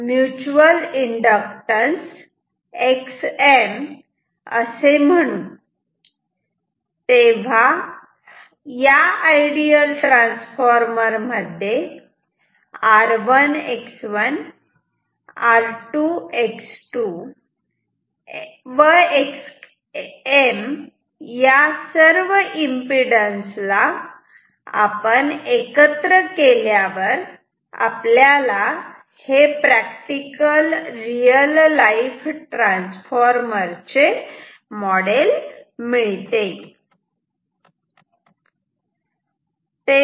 आणि याला आपण म्युच्युअल इंडक्टॅन्स Xm असे म्हणू तेव्हा या आयडियल ट्रान्सफॉर्मर मध्ये r 1 X 1 r 2 X 2 X m या सर्व इम्पीडन्स ला आपण एकत्र केल्यावर आपल्याला हे प्रॅक्टिकल रियल लाईफ ट्रान्सफॉर्मर चे मॉडेल मिळते